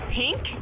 pink